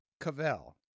Cavell